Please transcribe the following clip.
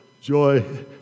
joy